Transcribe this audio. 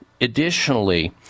Additionally